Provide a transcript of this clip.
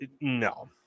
No